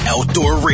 Outdoor